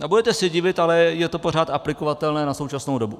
A budete se divit, ale je to pořád aplikovatelné na současnou dobu.